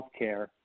healthcare